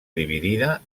dividida